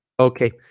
okay